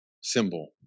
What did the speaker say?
symbol